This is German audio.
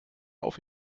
auf